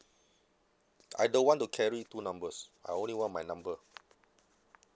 I don't want to carry two numbers I only want my number